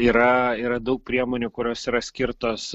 yra yra daug priemonių kurios yra skirtos